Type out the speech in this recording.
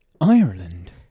Ireland